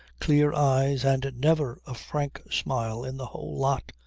clear eyes, and never a frank smile in the whole lot,